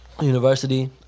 University